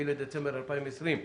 7 בדצמבר 2020,